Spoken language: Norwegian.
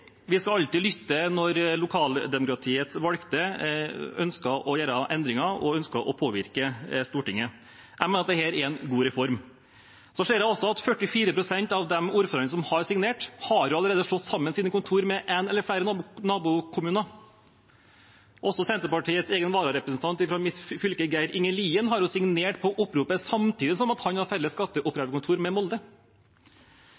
Vi skal alltid lytte når lokaldemokratiets valgte ønsker å gjøre endringer og ønsker å påvirke Stortinget. Jeg mener at dette er en god reform. Jeg ser også at 44 pst. av de ordførerne som har signert, allerede har slått sammen sine kontor med én eller flere nabokommuner. Også Senterpartiets egen vararepresentant fra mitt fylke, Geir Inge Lien, har signert på oppropet – samtidig som man har felles